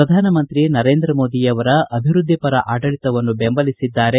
ಪ್ರಧಾನಮಂತ್ರಿ ನರೇಂದ್ರ ಮೋದಿ ಅವರ ಅಭಿವೃದ್ದಿ ಪರ ಆಡಳಿತವನ್ನು ಬೆಂಬಲಿಸಿದ್ದಾರೆ